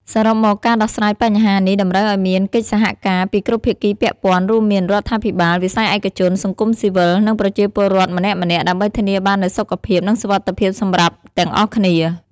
សរុបមក ការដោះស្រាយបញ្ហានេះតម្រូវឱ្យមានកិច្ចសហការពីគ្រប់ភាគីពាក់ព័ន្ធ រួមមាន រដ្ឋាភិបាល វិស័យឯកជន សង្គមស៊ីវិល និងប្រជាពលរដ្ឋម្នាក់ៗ ដើម្បីធានាបាននូវសុខភាព និងសុវត្ថិភាពសម្រាប់ទាំងអស់គ្នា។